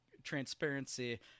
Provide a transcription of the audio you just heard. Transparency